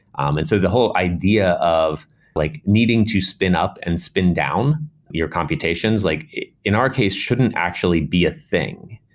um and so the whole idea of like needing to spin up and spin down your computations, like in our case, shouldn't actually be a thing.